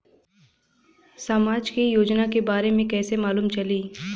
समाज के योजना के बारे में कैसे मालूम चली?